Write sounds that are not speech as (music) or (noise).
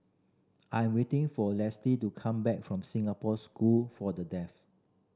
I'm waiting for (unintelligible) to come back from Singapore School for The Deaf